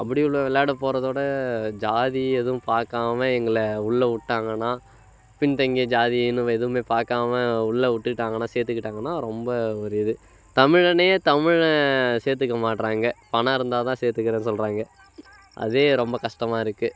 கபடி உள்ளே விளாட போகிறத விட ஜாதி எதுவும் பார்க்காம எங்களை உள்ளே விட்டாங்கனா பின் தங்கிய ஜாதினு எதுவும் பார்க்காம உள்ளே விட்டுட்டாங்கன்னா சேர்த்துக்கிட்டாங்கன்னா ரொம்ப ஒரு இது தமிழனையே தமிழன் சேர்த்துக்க மாட்றாங்க பணம் இருந்தால் தான் சேர்த்துக்கிறேன்னு சொல்கிறாங்க அதே ரொம்ப கஷ்டமாக இருக்கு